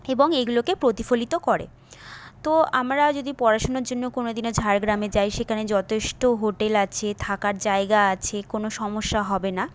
এবং এইগুলোকে প্রতিফলিত করে তো আমরা যদি পড়াশুনোর জন্য কোনো দিনও ঝাড়গ্রামে যাই সেখানে যথেষ্ট হোটেল আছে থাকার জায়গা আছে কোনো সমস্যা হবে না